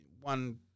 one